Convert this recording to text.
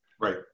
Right